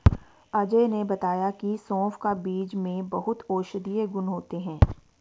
अजय ने बताया की सौंफ का बीज में बहुत औषधीय गुण होते हैं